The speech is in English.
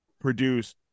produce